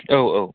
औ औ